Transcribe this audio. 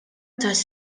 tas